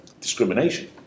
discrimination